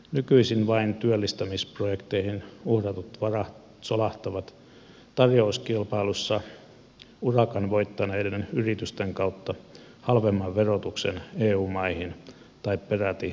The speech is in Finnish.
nykyisin vain työllistämisprojekteihin uhratut varat solahtavat tarjouskilpailussa urakan voittaneiden yritysten kautta halvemman verotuksen eu maihin tai peräti eun ulkopuolelle